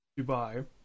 Dubai